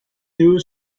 eux